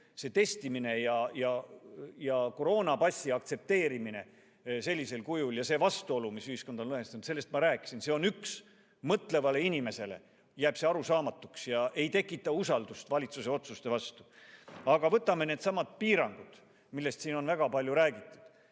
Testimine ja koroonapassi aktsepteerimine sellisel kujul ja see vastuolu, mis ühiskonda on lõhestanud, sellest ma rääkisin. See on üks asi, mis jääb mõtlevale inimesele arusaamatuks ega tekita usaldust valitsuse otsuste vastu. Vaatame ka neidsamu piiranguid, millest siin on väga palju räägitud.